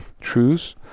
truths